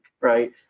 Right